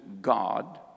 God